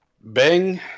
bang